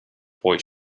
boy